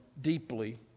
deeply